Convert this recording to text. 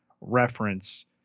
reference